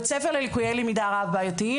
זה בית ספר ללקויי למידה רב-בעייתיים,